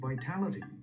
vitality